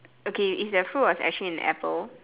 okay if the fruit was actually an apple